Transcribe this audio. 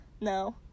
No